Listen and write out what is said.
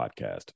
podcast